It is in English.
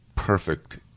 perfect